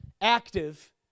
active